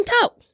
talk